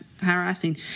harassing